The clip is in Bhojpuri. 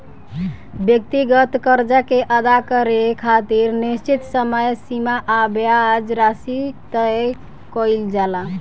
व्यक्तिगत कर्जा के अदा करे खातिर निश्चित समय सीमा आ ब्याज राशि तय कईल जाला